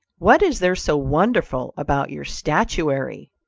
what is there so wonderful about your statuary?